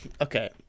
okay